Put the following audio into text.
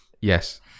Yes